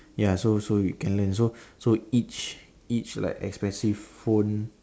ya so so you can learn so so each each like expensive phone